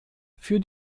für